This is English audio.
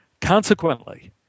Consequently